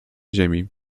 ziemi